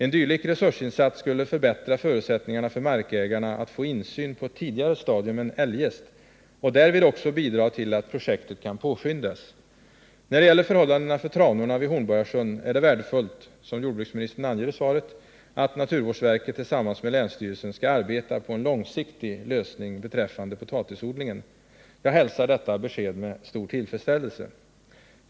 En dylik resursinsats skulle förbättra förutsättningarna för markägarna att få insyn på ett tidigare stadium än eljest och därvid också bidra till att projektet kan påskyndas. När det gäller förhållandena för tranorna vid Hornborgasjön är det värdefullt — som jordbruksministern anger i svaret — att naturvårdsverket tillsammans med länsstyrelsen skall arbeta på en långsiktig lösning beträffande potatisodling. Jag hälsar detta besked med stor tillfredsställelse.